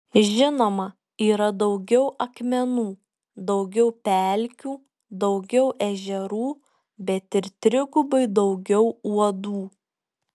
žinoma yra daugiau akmenų daugiau pelkių daugiau ežerų bet ir trigubai daugiau uodų